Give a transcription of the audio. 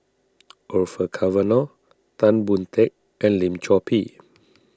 Orfeur Cavenagh Tan Boon Teik and Lim Chor Pee